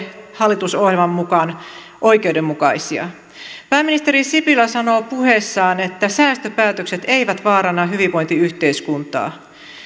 hallitusohjelman mukaan oikeudenmukaisia pääministeri sipilä sanoo puheessaan että säästöpäätökset eivät vaaranna hyvinvointiyhteiskuntaa